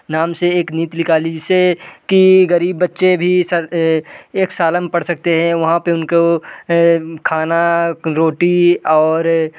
नाम से एक नीति निकाली जिससे की गरीब बच्चे भी एक शाला में पढ़ सकते हैं वहाँ पे उनको खाना रोटी और